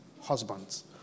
husbands